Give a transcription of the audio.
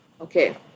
Okay